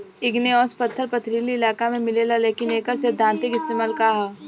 Igneous पत्थर पथरीली इलाका में मिलेला लेकिन एकर सैद्धांतिक इस्तेमाल का ह?